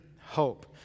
hope